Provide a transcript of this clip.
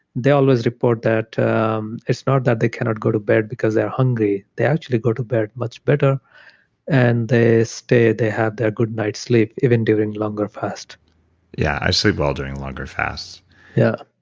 they always report that it's not that they cannot go to be because they're hungry. they actually go to bed much better and they stay. they have their good night's sleep even during longer fast yeah. i sleep well during longer fasts yeah.